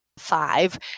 five